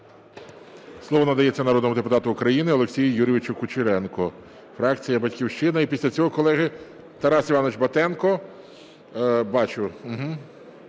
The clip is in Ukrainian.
Слово надається народному депутату України Олексію Юрійовичу Кучеренку, фракція "Батьківщина". І після цього, колеги, Тарас Іванович Батенко, бачу.